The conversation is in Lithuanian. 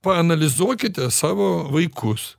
paanalizuokite savo vaikus